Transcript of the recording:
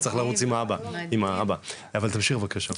תמשיך בבקשה.